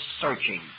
searching